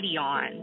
on